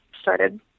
started